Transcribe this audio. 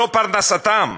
לא פרנסתם,